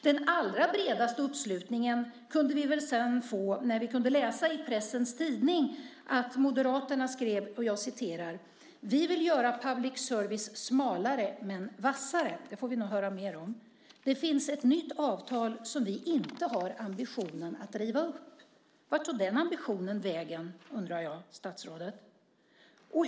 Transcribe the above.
Den allra bredaste uppslutningen kunde vi få när vi kunde läsa i Pressens tidning att Moderaterna vill göra public service smalare, men vassare. Det får vi nog höra mer om. Man säger vidare: Det finns ett nytt avtal som vi inte har ambitionen att riva upp. Vart tog den ambitionen vägen, undrar jag?